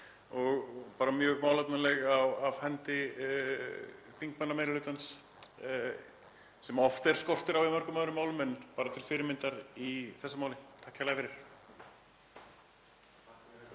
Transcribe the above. og bara mjög málefnaleg af hendi þingmannameirihlutans sem oft er skortur á í mörgum öðrum málum en bara til fyrirmyndar í þessu máli. Takk kærlega fyrir.